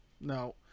no